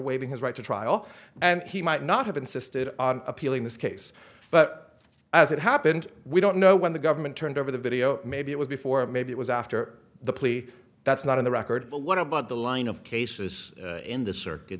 waiving his right to trial and he might not have insisted on appealing this case but as it happened we don't know when the government turned over the video maybe it was before or maybe it was after the plea that's not in the record but what about the line of cases in the circuit